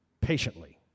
patiently